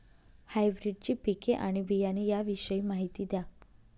हायब्रिडची पिके आणि बियाणे याविषयी माहिती द्या